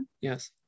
yes